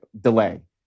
delay